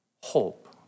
Hope